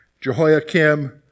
Jehoiakim